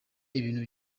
ibintu